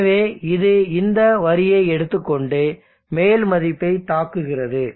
எனவே இது இந்த வரியை எடுத்துக்கொண்டு மேல் மதிப்பை தாக்குகிறது